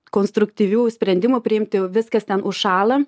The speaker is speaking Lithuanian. konstruktyvių sprendimų priimti viskas ten užšąla